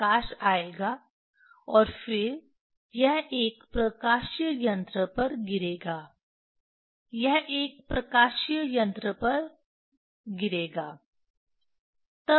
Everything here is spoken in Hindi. प्रकाश आएगा और फिर यह एक प्रकाशीय यंत्र पर गिरेगा यह एक प्रकाशीय यंत्र पर गिर गिरेगा